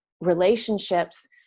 relationships